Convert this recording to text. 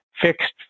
fixed